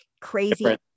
crazy